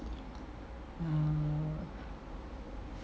oh